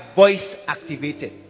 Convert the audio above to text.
voice-activated